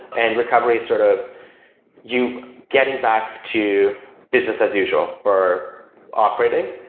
and recovery sort of you getting back to business as usual or operating.